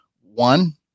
One